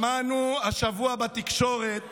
שמענו השבוע בתקשורת